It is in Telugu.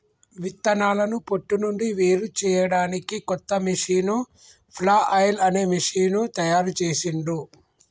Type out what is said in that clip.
విత్తనాలను పొట్టు నుండి వేరుచేయడానికి కొత్త మెషీను ఫ్లఐల్ అనే మెషీను తయారుచేసిండ్లు